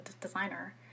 designer